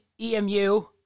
EMU